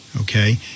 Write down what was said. Okay